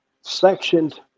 sectioned